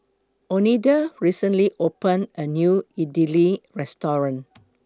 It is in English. Oneida recently opened A New Idili Restaurant